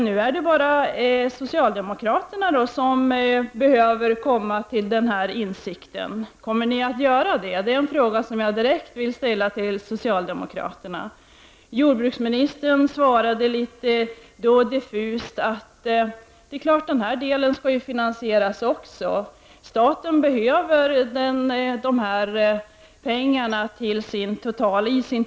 Nu är det bara socialdemokraterna som behöver komma till den insikten. Kommer ni att göra det? Det är en fråga som jag direkt vill ställa till socialdemokraterna. Jordbruksministern har svarat litet diffust att det bortfallet i så fall också skall finansieras, för staten behöver de pengarna i sin totala budget.